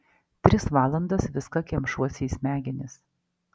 tris valandas viską kemšuosi į smegenis